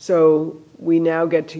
so we now get to